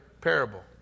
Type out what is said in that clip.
parable